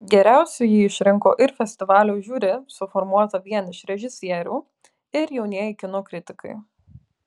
geriausiu jį išrinko ir festivalio žiuri suformuota vien iš režisierių ir jaunieji kino kritikai